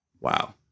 Wow